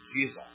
Jesus